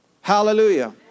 Hallelujah